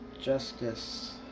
justice